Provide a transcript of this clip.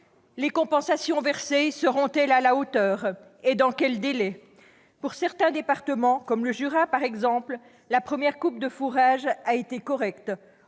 les compensations versées seront-elles à la hauteur et dans quel délai ? Pour certains départements comme le Jura, par exemple, la première coupe de fourrage a été correcte